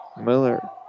Miller